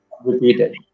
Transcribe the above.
repeated